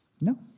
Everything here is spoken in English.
No